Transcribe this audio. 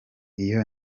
iyo